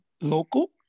local